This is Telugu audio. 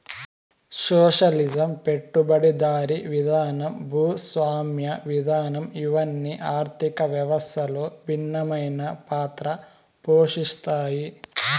సోషలిజం పెట్టుబడిదారీ విధానం భూస్వామ్య విధానం ఇవన్ని ఆర్థిక వ్యవస్థలో భిన్నమైన పాత్ర పోషిత్తాయి